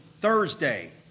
Thursday